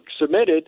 submitted –